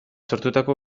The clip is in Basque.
sortutako